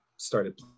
started